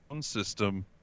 system